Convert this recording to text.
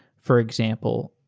for example,